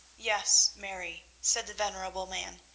yes, mary, said the venerable man,